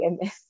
MS